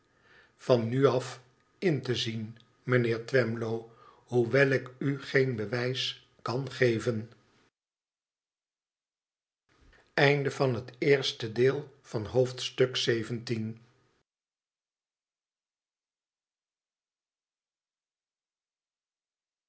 van nu af in te zien mijnheer twemlow hoewel ik u geen bewijs kan geven